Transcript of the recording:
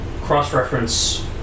cross-reference